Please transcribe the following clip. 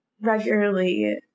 regularly